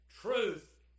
Truth